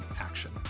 Action